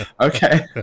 Okay